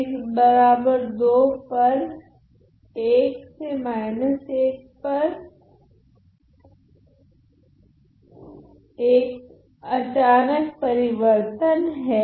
x2 पर 1 से 1 पर एक अचानक परिवर्तन है